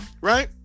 right